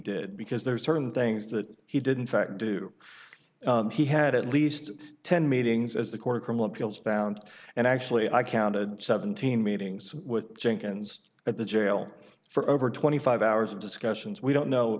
did because there are certain things that he didn't fact do he had at least ten meetings as the court of criminal appeals found and actually i counted seventeen meetings with jenkins at the jail for over twenty five hours of discussions we don't know